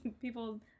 people